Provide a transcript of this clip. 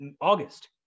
August